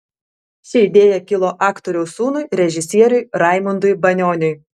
ši idėja kilo aktoriaus sūnui režisieriui raimundui banioniui